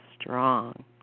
strong